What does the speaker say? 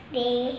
day